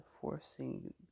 Forcing